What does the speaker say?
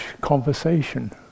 conversation